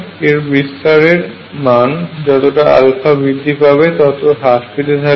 এর বিস্তারের মান যত বৃদ্ধি পাবে তত হ্রাস পেতে থাকবে